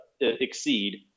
exceed